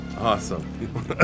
Awesome